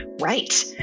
right